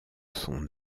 son